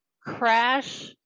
crash